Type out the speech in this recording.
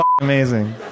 amazing